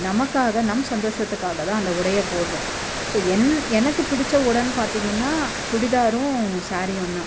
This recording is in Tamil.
நமக்காக நம் சந்தோஷத்துக்காக தான் அந்த உடையை போடுறோம் ஸோ என் எனக்கு பிடிச்ச உடன் பார்த்தீங்கன்னா சுடிதாரும் சேரீயும் தான்